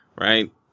right